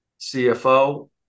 CFO